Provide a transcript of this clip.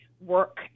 work